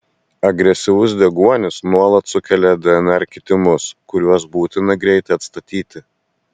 agresyvus deguonis nuolat sukelia dnr kitimus kuriuos būtina greitai atstatyti